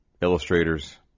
Illustrators